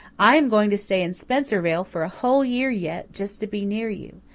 i am going to stay in spencervale for a whole year yet, just to be near you.